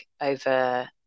over